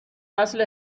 نسل